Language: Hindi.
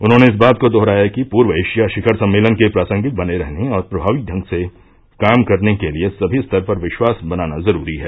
उन्होंने इस बात को दोहराया कि पूर्व एशिया शिखर सम्मेलन के प्रासंगिक बने रहने और प्रभावी ढ़ग से काम करने के लिए सभी स्तर पर विश्वास बनाना जरूरी है